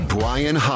Brian